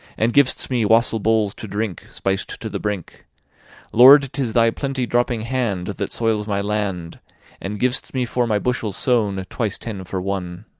and giv'st me wassaile bowles to drink, spiced to the brink lord, tis thy plenty-dropping hand, that soiles my land and giv'st me for my bushell sowne, twice ten for one.